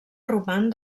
roman